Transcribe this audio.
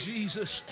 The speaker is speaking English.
Jesus